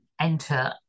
enter